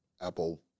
Apple